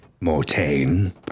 Mortain